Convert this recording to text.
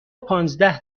پانزده